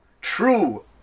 true